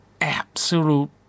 absolute